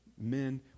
men